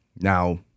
Now